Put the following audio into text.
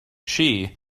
she